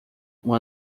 uma